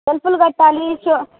షెల్ఫ్లు కట్టాలి సో